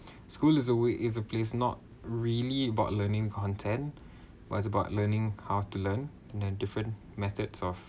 school is a way is a place not really about learning content but it's about learning how to learn in a different methods of